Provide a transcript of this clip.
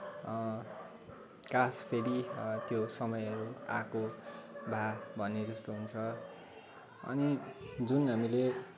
कास फेरि त्यो समय आएको भए भने जस्तो हुन्छ अनि जुन हामीले